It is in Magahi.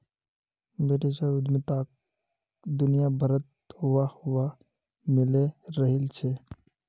बेटीछुआर उद्यमिताक दुनियाभरत वाह वाह मिले रहिल छे